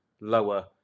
lower